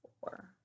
Four